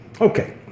Okay